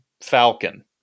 Falcon